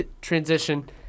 transition